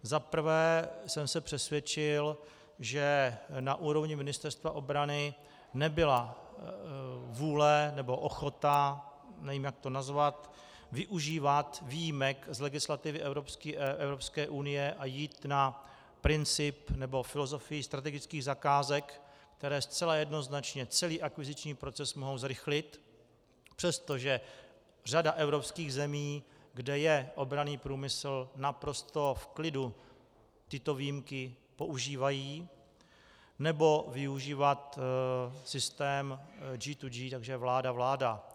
Za prvé jsem se přesvědčil, že na úrovni Ministerstva obrany nebyla vůle, nebo ochota, nevím, jak to nazvat, využívat výjimek z legislativy Evropské unie a jít na princip nebo filozofii strategických zakázek, které zcela jednoznačně celý akviziční proces mohou zrychlit, přestože řada evropských zemí, kde je obranný průmysl naprosto v klidu, tyto výjimky používá, nebo využívat systém G2G, takže vláda vláda.